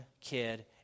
kid